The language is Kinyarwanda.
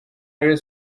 rayon